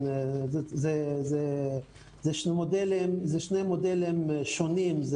אלו שני מודלים שונים,